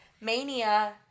mania